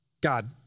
God